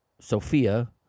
Sophia